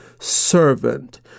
servant